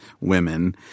women